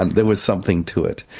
and there was something to it.